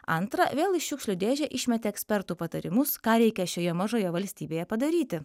antra vėl į šiukšlių dėžę išmetė ekspertų patarimus ką reikia šioje mažoje valstybėje padaryti